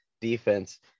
defense